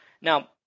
Now